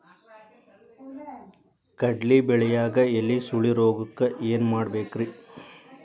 ಕಡ್ಲಿ ಬೆಳಿಯಾಗ ಎಲಿ ಸುರುಳಿರೋಗಕ್ಕ ಏನ್ ಮಾಡಬೇಕ್ರಿ?